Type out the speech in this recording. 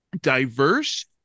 diverse